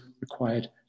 required